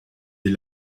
des